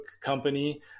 company